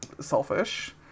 selfish